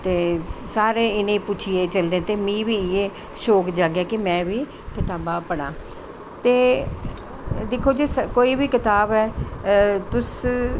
ते सारे इनेंगी पुच्छियै चलदे ते मिगी बी इयै शौंक जागेआ की में बी कताबां पढ़ां ते दिक्खो जी कोई बी कताब ऐ तुस